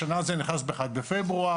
השנה זה נכנס בכלל בפברואר.